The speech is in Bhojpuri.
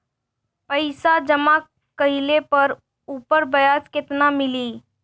पइसा जमा कइले पर ऊपर ब्याज केतना मिली?